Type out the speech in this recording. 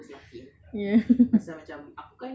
hmm kan